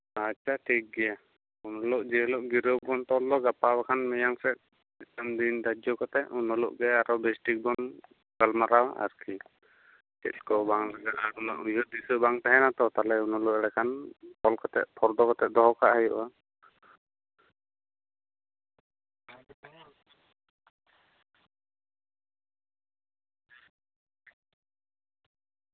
ᱟᱪᱪᱷᱟ ᱴᱷᱤᱠᱜᱮᱭᱟ ᱩᱱ ᱦᱤᱞᱳᱜ ᱡᱮ ᱦᱤᱞᱳᱜ ᱜᱤᱨᱟᱹ ᱵᱚᱱ ᱛᱚᱞ ᱫᱚ ᱜᱟᱯᱟ ᱵᱟᱝᱠᱷᱟᱱ ᱢᱤᱭᱟᱝ ᱥᱮᱫ ᱢᱤᱫᱴᱟᱝ ᱫᱤᱱ ᱫᱷᱟᱡᱽᱡᱚ ᱠᱟᱛᱮ ᱩᱱ ᱦᱤᱞᱳᱜ ᱜᱮ ᱟᱨᱚ ᱵᱮᱥᱴᱷᱤᱠ ᱵᱚᱱ ᱜᱟᱞᱢᱟᱨᱟᱣᱟ ᱟᱨᱠᱤ ᱪᱮᱫᱠᱚ ᱵᱟᱝ ᱞᱟᱜᱟᱜᱼᱟ ᱚᱱᱟ ᱩᱭᱦᱟᱹᱨ ᱫᱤᱥᱟᱹ ᱵᱟᱝ ᱛᱟᱦᱮᱸᱜᱼᱟ ᱛᱚ ᱮᱸᱰᱮᱠᱷᱟᱱ ᱚᱞ ᱠᱟᱛᱮ ᱯᱷᱚᱨᱫᱚ ᱠᱟᱛᱮ ᱫᱚᱦᱚ ᱠᱟᱜ ᱦᱩᱭᱩᱜᱼᱟ